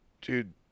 dude